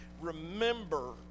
remember